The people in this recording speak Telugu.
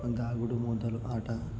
దాగుడుమూతలు ఆట